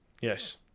Yes